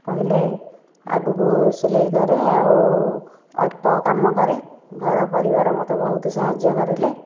କହିଲେ ଆଗକୁ ସିଲେଇ କର ଆଉ ଅଳ୍ପ କାମ କର ଘର ପରିବାର ମୋତେ ବହୁତ ସାହାଯ୍ୟ କରିଲେ